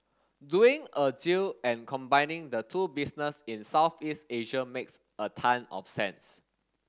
doing a deal and combining the two business in Southeast Asia makes a ton of sense